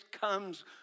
comes